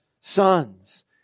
sons